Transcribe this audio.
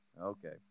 Okay